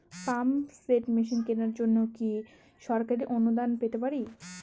Pump set machine কেনার জন্য কি সরকারি অনুদান পেতে পারি?